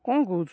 କ'ଣ କହୁଛୁ